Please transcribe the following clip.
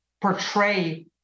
portray